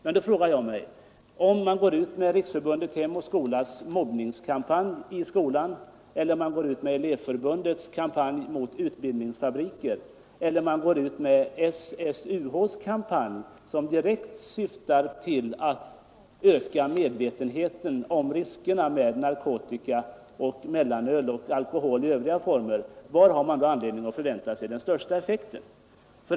Men då frågar jag: Om man går ut med Riksförbundet Hem och skolas mobbningskampanj i skolan, E evförbundets kampanj mot utbildningsfabriker eller SSUH:s kampanj, som direkt syftar till att öka medvetenheten om riskerna med narkotika, mellanöl och alkohol i övriga former, var har man då anledning att förvänta sig den största effekten?